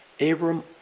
Abram